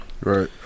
right